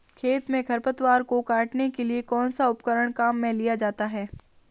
खेत में खरपतवार को काटने के लिए कौनसा उपकरण काम में लिया जाता है?